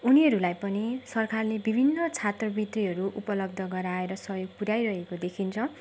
उनीहरूलाई पनि सरकारले विभिन्न छात्रवृत्तिहरू उपलब्ध गराएर सहयोग पुर्याइरहेको देखिन्छ